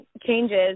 changes